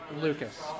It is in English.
Lucas